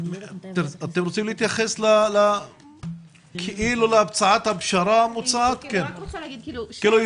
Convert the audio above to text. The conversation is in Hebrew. רוצים להתייחס להצעת הפשרה המוצעת כביכול?